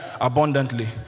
abundantly